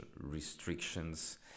restrictions